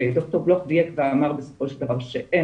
ד"ר בלוך דייק ואמר בסופו של דבר שאין